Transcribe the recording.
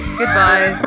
goodbye